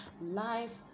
life